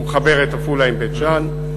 הוא מחבר את עפולה לבית-שאן,